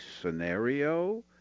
scenario